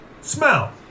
smell